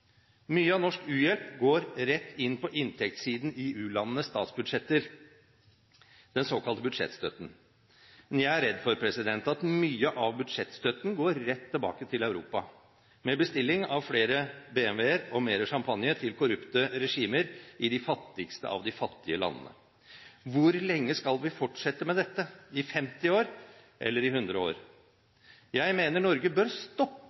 statsbudsjetter – den såkalte budsjettstøtten. Men jeg er redd for at mye av budsjettstøtten går rett tilbake til Europa, med bestilling av flere BMW-er og mer champagne til korrupte regimer i de fattigste av de fattige landene. Hvor lenge skal vi fortsette med dette – i 50 år, eller i 100 år? Jeg mener Norge bør stoppe